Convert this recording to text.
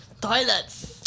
toilets